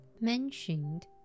mentioned